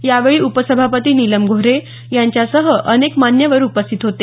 यावेळी उपसभापती नीलम गोऱ्हे यांच्यासह अनेक मान्यवर उपस्थित होते